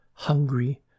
hungry